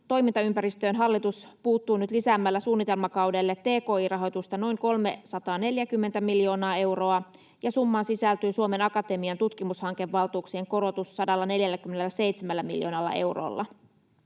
toimintaympäristöön hallitus puuttuu nyt lisäämällä suunnitelmakaudelle tki-rahoitusta noin 340 miljoonaa euroa, ja summaan sisältyy Suomen Akatemian tutkimushankevaltuuksien korotus 147 miljoonalla eurolla.